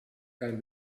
can